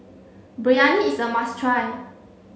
Biryani is a must try